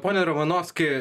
pone ramanovski